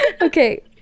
okay